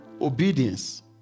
Obedience